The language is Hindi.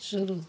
शुरू